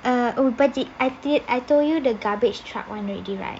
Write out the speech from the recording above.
uh oh got it I did I told you the garbage truck [one] already right